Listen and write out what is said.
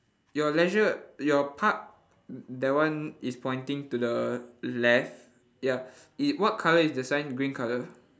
your leisure your park mm mm that one is pointing to the left ya i~ what colour is the sign green colour